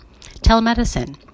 Telemedicine